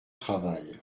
travail